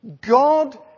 God